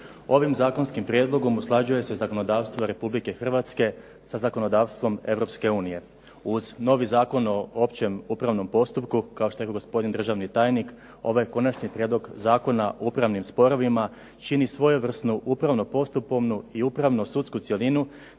Ovim zakonskim prijedlogom usklađuje se zakonodavstvo RH sa zakonodavstvom EU. Uz novi Zakon o općem upravnom postupku kao što je gospodin državni tajnik, ovaj konačni prijedlog Zakona o upravnim sporovima čini svojevrsnu upravno-postupovnu i upravno-sudsku cjelinu